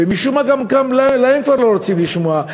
ומשום מה גם להם כבר לא רוצים לשמוע,